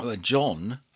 John